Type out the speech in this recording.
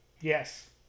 yes